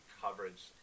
coverage